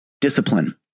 discipline